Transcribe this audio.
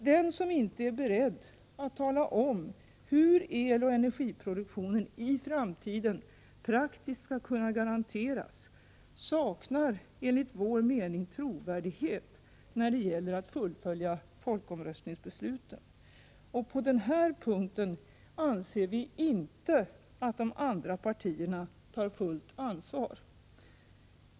Den som inte är beredd att tala om hur eloch energiproduktionen i framtiden praktiskt skall kunna garanteras saknar enligt vår mening trovärdighet när det gäller att fullfölja folkomröstningsbesluten. Och på den här avgörande punkten anser vi inte att de andra partierna tar fullt ansvar.